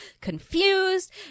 confused